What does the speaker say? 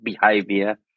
behavior